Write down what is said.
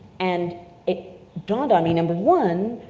and it dawned on me, number one,